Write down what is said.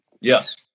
Yes